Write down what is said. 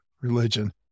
religion